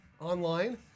online